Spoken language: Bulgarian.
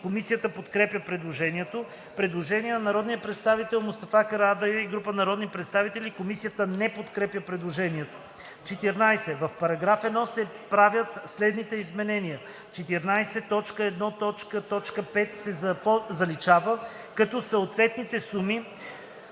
Комисията подкрепя предложението. Предложение на народния представител Мустафа Карадайъ и група народни представители. Комисията не подкрепя предложението. 14. В параграф 1 се правят следните изменения: „14.1. т.5. се заличава, като съответните суми